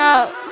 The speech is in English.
up